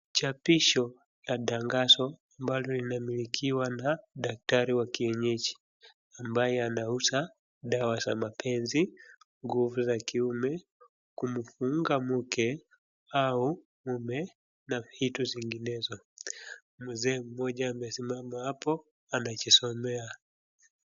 Chapisho la tangazo ambalo linamilikwa na daktari wa kienyeji ambaye anuza dawa za mapenzi, nguvu za kiume, kumfunga mke au mume na vitu zinginezo. Mzee mmoja amesimama hapo anajisomea.